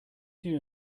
two